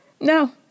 No